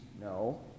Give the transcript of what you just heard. no